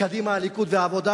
קדימה, הליכוד והעבודה,